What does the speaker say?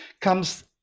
comes